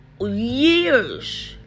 years